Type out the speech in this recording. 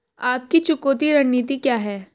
आपकी चुकौती रणनीति क्या है?